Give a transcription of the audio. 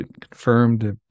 confirmed